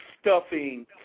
stuffing